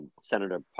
Senator